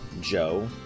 Joe